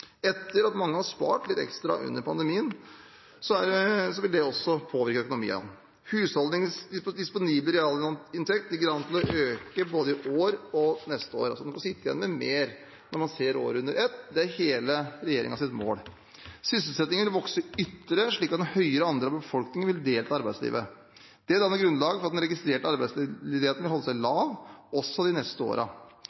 Etter at mange har spart litt ekstra under pandemien, vil det også påvirke økonomien. Husholdningenes disponible realinntekt ligger an til å øke både i år og neste år, altså vil man sitte igjen med mer når man ser året under ett. Det er hele regjeringens mål. Sysselsettingen vil vokse ytterligere, slik at en høyere andel av befolkningen vil delta i arbeidslivet. Det danner grunnlag for at den registrerte arbeidsledigheten vil holde seg